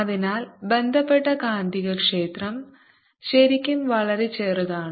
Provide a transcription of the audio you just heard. അതിനാൽ ബന്ധപ്പെട്ട കാന്തികക്ഷേത്രം ശരിക്കും വളരെ ചെറുതാണ്